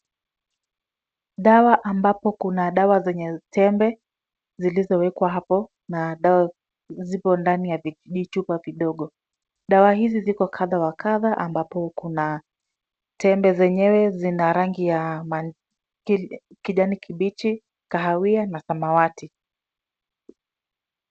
Dawa, ambapo kuna dawa zenye tembe zilizowekwa hapo na dawa zipo ndani ya vichupa vidogo. Dawa hizi ziko kadha wa kadha ambapo kuna tembe zenyewe zina rangi ya kijani kibichi, kahawia na samawati.